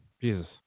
Jesus